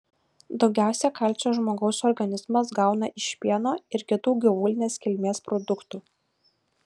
daugiausiai kalcio žmogaus organizmas gauna iš pieno ir kitų gyvulinės kilmės produktų